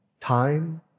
time